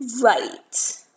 Right